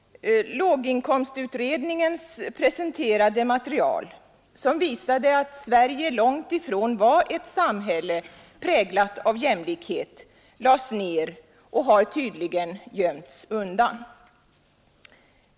Låginkomstutredningens presenterade material, som visade att Sverige långt ifrån var ett samhälle präglat av jämlikhet, lades ned och har tydligen gömts undan.